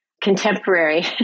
contemporary